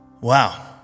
Wow